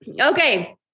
Okay